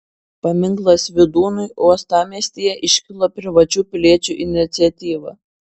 paminklas vydūnui uostamiestyje iškilo privačių piliečių iniciatyva